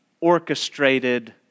orchestrated